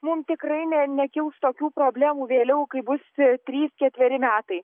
mum tikrai ne nekils tokių problemų vėliau kai bus trys ketveri metai